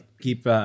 keep